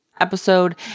Episode